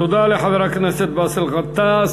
תודה לחבר הכנסת באסל גטאס.